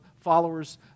followers